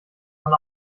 man